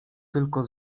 tylko